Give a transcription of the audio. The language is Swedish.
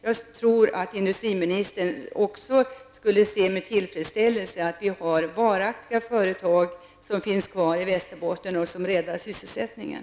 Jag tror att också industriministern med tillfredsställelse skulle se på att vi i Västerbotten hade varaktiga företag, som kunde rädda sysselsättningen.